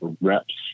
reps